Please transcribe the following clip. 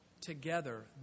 together